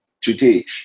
today